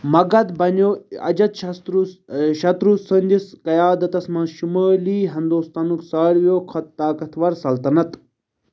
مگدھ بنیو اجات چھَستُروٗ شتروٗ سٕندِس قیادتس منٛز شُمٲلی ہندوستانُک ساروِیو کھۄتہٕ طاقتور سلطنت